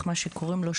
עם המשפחה שלו,